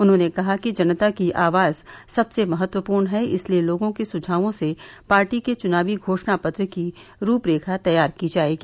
उन्होंने कहा कि जनता की आवाज सबसे महत्वपूर्ण है इसलिए लोगों के सुझावों से पार्टी के चुनावी घोषणा पत्र की रूपरेखा तैयार की जायेगी